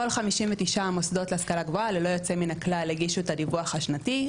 כל 59 המוסדות להשכלה גבוהה הגישו את הדיווח השנתי.